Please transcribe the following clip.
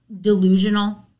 delusional